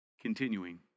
Continuing